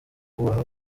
kubaha